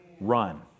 run